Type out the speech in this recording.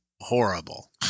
horrible